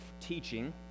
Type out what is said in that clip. teaching